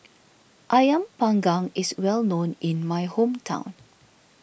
Ayam Panggang is well known in my hometown